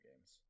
games